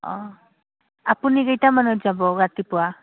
অঁ আপুনি কেইটামানত যাব ৰাতিপুৱা